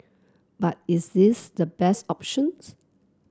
but is this the best options